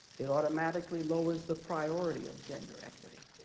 it automatically lowers the priority of gender equity,